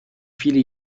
viele